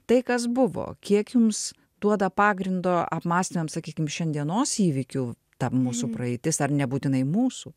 tai kas buvo kiek jums duoda pagrindo apmąstymam sakykim šiandienos įvykių ta mūsų praeitis ar nebūtinai mūsų